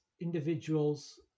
individuals